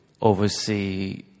oversee